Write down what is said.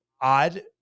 odd